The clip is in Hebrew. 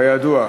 כידוע,